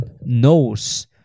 knows